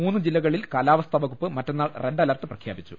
മൂന്ന് ജില്ലകളിൽ കാലാ വസ്ഥാ വകുപ്പ് മറ്റന്നാൾ റെഡ് അലർട്ട് പ്രഖ്യാപിച്ചു